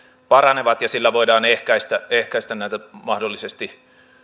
paranevat ja sillä voidaan ehkäistä ehkäistä näitä mahdollisesti